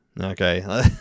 Okay